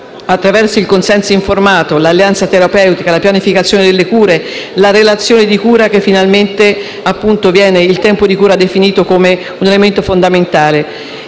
attraverso il consenso informato, l'alleanza terapeutica, la pianificazione delle cure, la relazione e il tempo di cura, che finalmente viene definito come un elemento fondamentale.